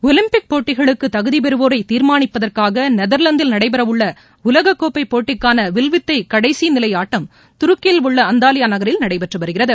Olympic போட்டிகளுக்கு தகுதிபெறுவோளர தீர்மானிப்பதற்காக நெதர்லாந்தில் நடைபெறவுள்ள உலகக்கோப்பை போட்டிக்கான வில்வித்தை கடைசி நிலை ஆட்டம் துருக்கியில் உள்ள அந்தாலியா நகரில் நடைபெற்று வருகிறது